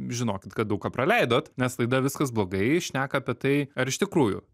žinokit kad daug ką praleidot nes laida viskas blogai šneka apie tai ar iš tikrųjų